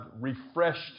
refreshed